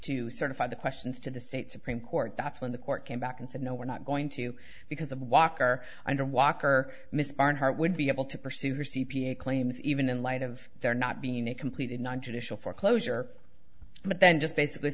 to certify the questions to the state supreme court that's when the court came back and said no we're not going to because of walker under walker miss barnhart would be able to pursue her c p a claims even in light of there not being a completed nontraditional foreclosure but then just basically